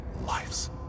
lives